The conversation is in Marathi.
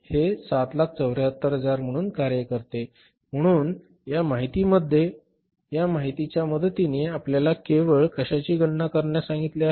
हे 774000 म्हणून कार्य करते म्हणून या माहितीमध्ये या माहितीच्या मदतीने आपल्याला केवळ कशाची गणना करण्यास सांगितले आहे